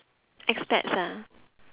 expats ah